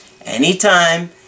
anytime